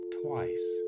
twice